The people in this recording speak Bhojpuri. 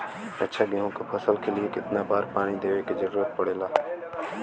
अच्छा गेहूँ क फसल के लिए कितना बार पानी देवे क जरूरत पड़ेला?